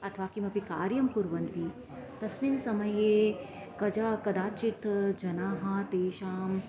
अथवा किमपि कार्यं कुर्वन्ति तस्मिन् समये कदा कदाचित् जनाः तेषाम्